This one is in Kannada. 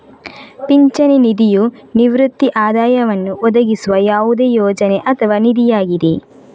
ಪಿಂಚಣಿ ನಿಧಿಯು ನಿವೃತ್ತಿ ಆದಾಯವನ್ನು ಒದಗಿಸುವ ಯಾವುದೇ ಯೋಜನೆ ಅಥವಾ ನಿಧಿಯಾಗಿದೆ